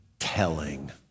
telling